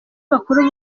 bakuru